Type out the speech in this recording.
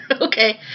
Okay